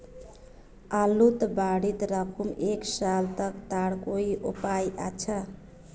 आलूर बारित राखुम एक साल तक तार कोई उपाय अच्छा?